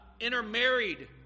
intermarried